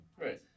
Right